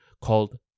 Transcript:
called